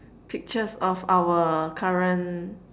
pictures of our current